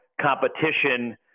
competition